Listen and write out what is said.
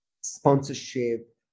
sponsorship